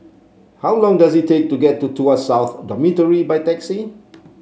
how long does it take to get to Tuas South Dormitory by taxi